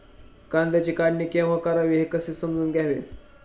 कांद्याची काढणी केव्हा करावी हे कसे जाणून घ्यावे?